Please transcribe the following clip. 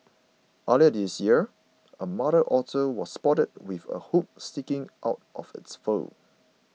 earlier this year a mother otter was also spotted with a hook sticking out of its fur